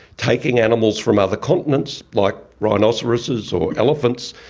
taking animals from other continents like rhinoceroses or elephants,